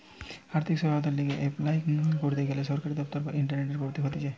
আর্থিক সহায়তার লিগে এপলাই করতে গ্যানে সরকারি দপ্তর এবং ইন্টারনেটে করতে হতিছে